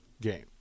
game